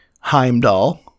Heimdall